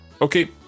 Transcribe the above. Okay